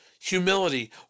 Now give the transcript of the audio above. Humility